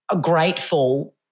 grateful